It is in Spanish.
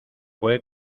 fue